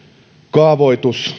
kaavoitus